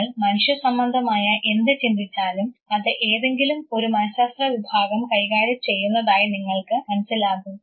നിങ്ങൾ മനുഷ്യ സംബന്ധമായ എന്ത് ചിന്തിച്ചാലും അത് ഏതെങ്കിലും ഒരു മനഃശാസ്ത്ര വിഭാഗം കൈകാര്യം ചെയ്യുന്നതായി നിങ്ങൾക്ക് മനസ്സിലാകും